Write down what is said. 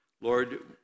Lord